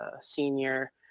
senior